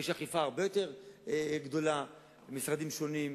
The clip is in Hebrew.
ויש אכיפה הרבה יותר גדולה במשרדים שונים.